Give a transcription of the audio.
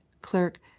clerk